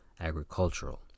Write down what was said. agricultural